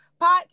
podcast